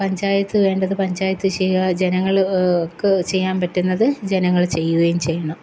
പഞ്ചായത്ത് വേണ്ടത് പഞ്ചായത്ത് ചെയ്യുക ജനങ്ങൾക്ക് ചെയ്യാന് പറ്റുന്നത് ജനങ്ങൾ ചെയ്യുകയും ചെയ്യണം